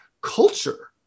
culture